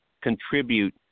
contribute